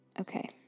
Okay